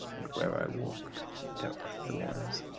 and where i walk there are thorns